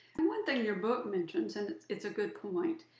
and one thing your book mentions, and it's a good point,